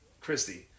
Christy